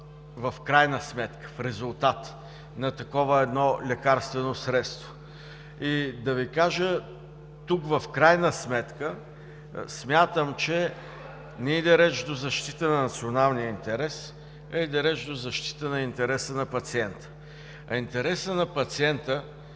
различните платци, в резултат на едно такова лекарствено средство. И да Ви кажа, тук в крайна сметка смятам, че не иде реч до защита на националния интерес, а иде реч до защита на интереса на пациента. А интересът на пациента,